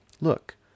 Look